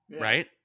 Right